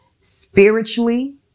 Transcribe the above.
spiritually